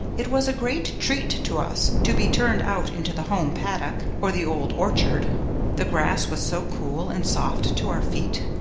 it was a great treat to us to be turned out into the home paddock or the old orchard the grass was so cool and soft to our feet,